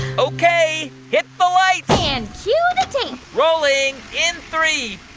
ok. hit the lights and cue the tape rolling in three,